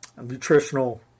nutritional